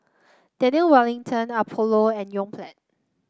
Daniel Wellington Apollo and Yoplait